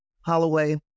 Holloway